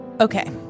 Okay